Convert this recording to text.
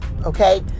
okay